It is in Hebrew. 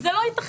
זה לא ייתכן.